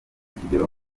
kigero